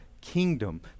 kingdom